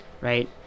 right